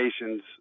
locations